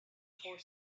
for